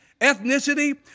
ethnicity